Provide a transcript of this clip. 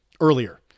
earlier